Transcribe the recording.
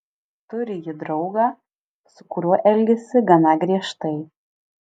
turi ji draugą su kuriuo elgiasi gana griežtai